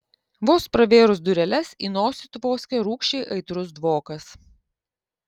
vos pravėrus dureles į nosį tvoskė rūgščiai aitrus dvokas